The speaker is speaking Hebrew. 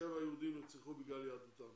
שבעה יהודים נרצחו בגלל יהדותם.